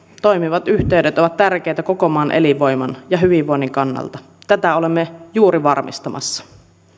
toimivat yhteydet ovat tärkeitä koko maan elinvoiman ja hyvinvoinnin kannalta tätä olemme juuri varmistamassa